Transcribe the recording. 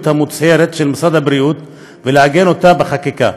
המוצהרת של משרד הבריאות ולעגן אותה בחקיקה,